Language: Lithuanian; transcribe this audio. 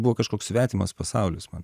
buvo kažkoks svetimas pasaulis man